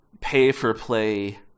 pay-for-play